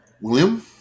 William